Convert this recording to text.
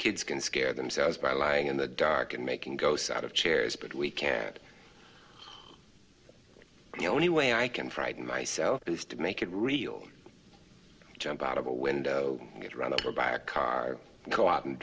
kids can scare themselves by lying in the dark and making ghosts out of chairs but we can't the only way i can frighten myself is to make it real jump out of a window get run over by a car go out and